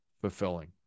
fulfilling